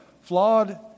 flawed